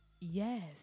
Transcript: Yes